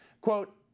quote